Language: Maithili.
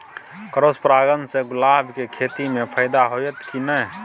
क्रॉस परागण से गुलाब के खेती म फायदा होयत की नय?